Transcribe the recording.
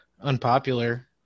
unpopular